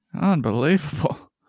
Unbelievable